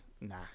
Nah